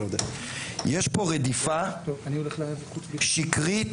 יש פה רדיפה שקרית